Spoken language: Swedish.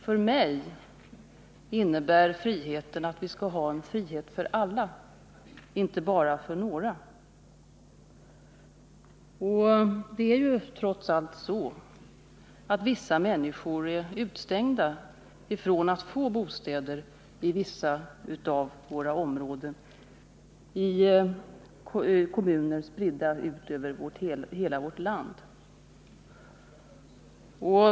För mig innebär friheten att vi skall ha en frihet för alla, inte bara för några. Det är trots allt så att vissa människor är utestängda från att få bostäder i vissa områden, i kommuner spridda över hela vårt land.